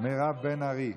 מירב בן ארי.